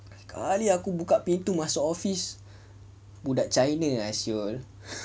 sekali aku buka pintu masuk office buda china ah [siol]